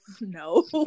No